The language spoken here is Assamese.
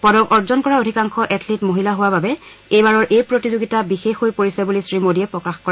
পদক অৰ্জন কৰা অধিকাংশ এথলীট মহিলা হোৱা এইবাৰৰ এই প্ৰতিযোগিতা বিশেষ হৈ পৰিছে বুলিও শ্ৰীমোডীয়ে প্ৰকাশ কৰে